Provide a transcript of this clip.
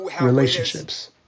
relationships